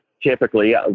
typically